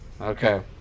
okay